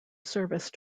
service